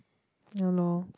ya loh